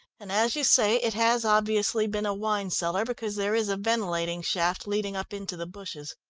and, as you say, it has obviously been a wine cellar, because there is a ventilating shaft leading up into the bushes.